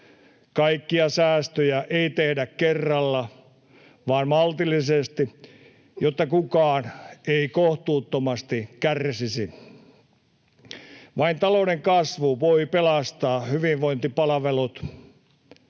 kaikkia säästöjä ei tehdä kerralla, vaan maltillisesti, jotta kukaan ei kohtuuttomasti kärsisi. Vain talouden kasvu voi pelastaa hyvinvointipalvelut.